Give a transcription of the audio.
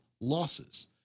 losses